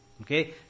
okay